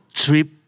Trip